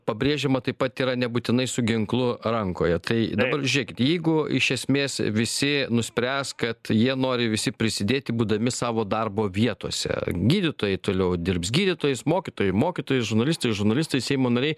pabrėžiama taip pat yra nebūtinai su ginklu rankoje tai dabar žėkit jeigu iš esmės visi nuspręs kad jie nori visi prisidėti būdami savo darbo vietose gydytojai toliau dirbs gydytojais mokytojai mokytojais žurnalistai žurnalistais seimo nariai